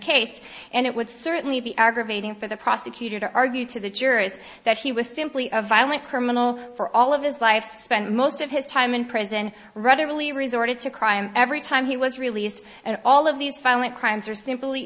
case and it would certainly be aggravating for the prosecutor to argue to the jurors that she was simply a violent criminal for all of his life spend most of his time in prison rather really resorted to crime every time he was released and all of these violent crimes are simply